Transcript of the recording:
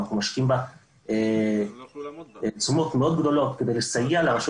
ואנחנו משקיעים בה תשומות גדולות מאוד כדי לסייע לרשות